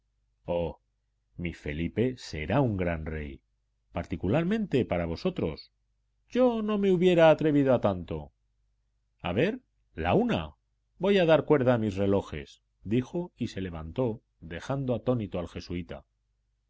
oh mi felipe será un gran rey particularmente para vosotros yo no me hubiera atrevido a tanto a ver la una voy a dar cuerda a mis relojes dijo y se levantó dejando atónito al jesuita